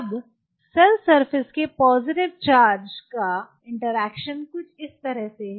अब cell surface के positive charge का इंटरैक्शन कुछ इस तरह है